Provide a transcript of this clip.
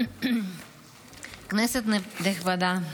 כנסת נכבדה,